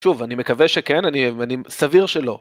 שוב, אני מקווה שכן, אני סביר שלא.